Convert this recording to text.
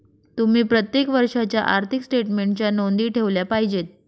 तुम्ही प्रत्येक वर्षाच्या आर्थिक स्टेटमेन्टच्या नोंदी ठेवल्या पाहिजेत